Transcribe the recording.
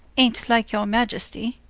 an't like your maiesty